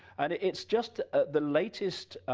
and it's just the latest,